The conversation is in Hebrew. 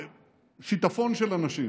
שיטפון של אנשים